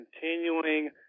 continuing